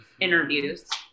interviews